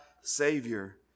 savior